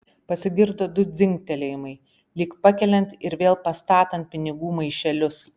pasigirdo du dzingtelėjimai lyg pakeliant ir vėl pastatant pinigų maišelius